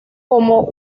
como